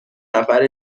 نفر